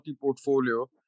portfolio